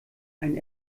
ein